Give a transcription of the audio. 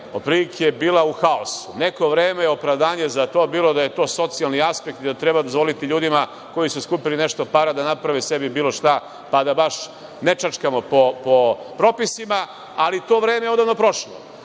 otprilike bila u haosu. Neko vreme je opravdanje za to bilo da je to socijalni aspekt i da treba dozvoliti ljudima koji su skupili nešto para da naprave sebi bilo šta, pa da baš ne čačkamo po propisima. Ali to vreme je odavno prošlo. Godine